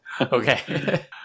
Okay